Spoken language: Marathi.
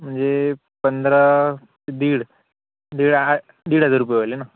म्हणजे पंधरा दीड दीड आ दीड हजार रुपये व्हायला ना